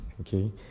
okay